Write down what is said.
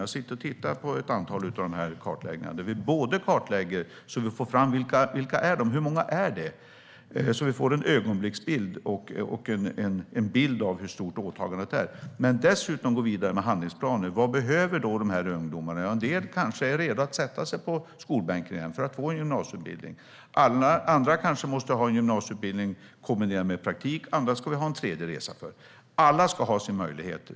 Jag har tittat på ett antal av dessa kartläggningar. Vi gör dessa kartläggningar för att få fram vilka dessa ungdomar är och hur många de är, så att vi får en ögonblicksbild och en bild av hur stort åtagandet är. Dessutom går vi vidare med handlingsplaner. Vad behöver dessa ungdomar? En del är kanske redo att sätta sig på skolbänken igen för att få en gymnasieutbildning. En del måste kanske få en gymnasieutbildning kombinerad med praktik. Och en del kanske behöver en tredje resa. Alla ska ha möjligheter.